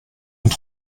und